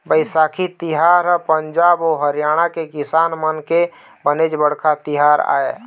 बइसाखी तिहार ह पंजाब अउ हरियाणा के किसान मन के बनेच बड़का तिहार आय